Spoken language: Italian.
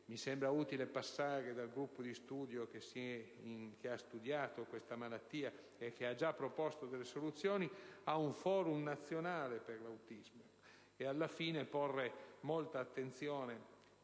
inoltre utile passare dal gruppo di studio, che ha lavorato su questa malattia e che ha già proposto delle soluzioni, ad un *forum* nazionale per l'autismo, nonché porre molta attenzione